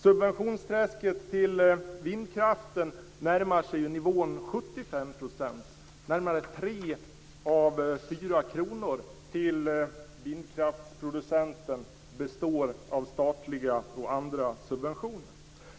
Subventionsträsket när det gäller vindkraften närmar sig nivån 75 %. Närmare 3 av 4 kr till vindkraftsproducenten består av statliga och andra subventioner.